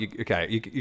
okay